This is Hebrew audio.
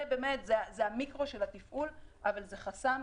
זה באמת המיקרו של התפעול, אבל זה חסם,